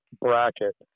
bracket